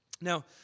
Now